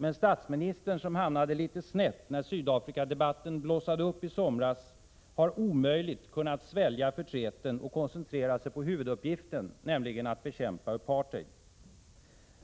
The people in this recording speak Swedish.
Men statsministern, som hamnade litet snett när Sydafrikadebatten blossade upp i somras, har omöjligt kunnat svälja förtreten och koncentrera sig på huvuduppgiften, nämligen att bekämpa apartheid.